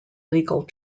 legal